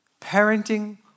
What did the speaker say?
parenting